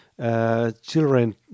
children